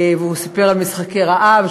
והוא סיפר על "משחקי הרעב",